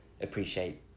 appreciate